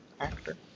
actor